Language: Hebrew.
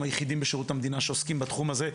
היחידים בשירות המדינה שעוסקים בתחום הזה,